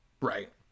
Right